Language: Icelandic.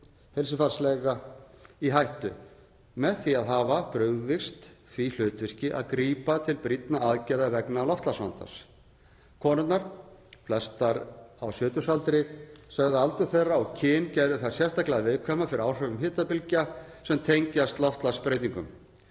heilsufarslega í hættu með því að hafa brugðist því hlutverki að grípa til brýnna aðgerða vegna loftslagsvandans. Konurnar, flestar á sjötugsaldri, sögðu að aldur þeirra og kyn gerðu þær sérstaklega viðkvæmar fyrir áhrifum hitabylgna sem tengjast loftslagsbreytingum